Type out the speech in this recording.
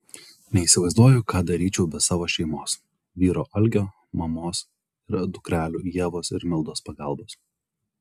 neįsivaizduoju ką daryčiau be savo šeimos vyro algio mamos ir dukrelių ievos ir mildos pagalbos